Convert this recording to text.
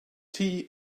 tea